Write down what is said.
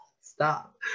stop